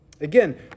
Again